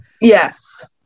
Yes